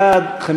בעד,